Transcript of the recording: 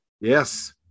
Yes